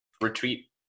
retreat